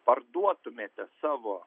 parduotumėte savo